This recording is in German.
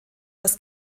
das